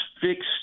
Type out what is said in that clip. fixed